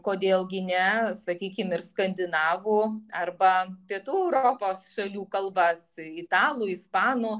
kodėl gi ne sakykim ir skandinavų arba pietų europos šalių kalbas italų ispanų